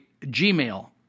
Gmail